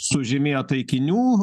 sužymėjo taikinių